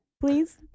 please